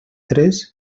tres